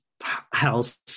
house